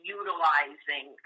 utilizing